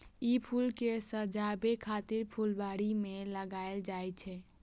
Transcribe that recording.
ई फूल कें सजाबै खातिर फुलबाड़ी मे लगाएल जाइ छै